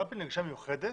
קלפי נגישה מיוחדת